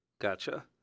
Gotcha